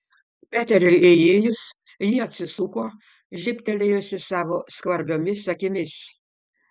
peteriui įėjus ji atsisuko žybtelėjusi savo skvarbiomis akimis